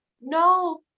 no